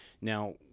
Now